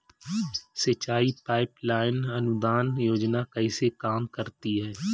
सिंचाई pipeline अनुदान योजना कैसे काम करती है?